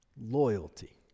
loyalty